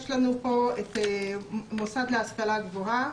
יש לנו כאן את מוסד להשכלה גבוהה.